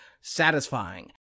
satisfying